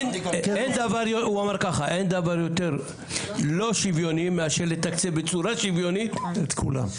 הוא אמר "אין דבר יותר לא שוויוני מאשר לתקצב בצורה שיוויונית את כולם".